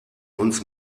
uns